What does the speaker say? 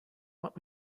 what